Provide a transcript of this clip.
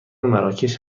مراکش